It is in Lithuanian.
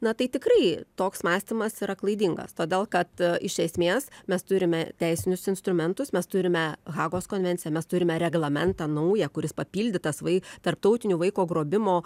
na tai tikrai toks mąstymas yra klaidingas todėl kad iš esmės mes turime teisinius instrumentus mes turime hagos konvenciją mes turime reglamentą naują kuris papildytas vai tarptautiniu vaiko grobimo